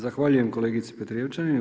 Zahvaljujem kolegici Petrijevčanin.